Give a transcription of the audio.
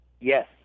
Yes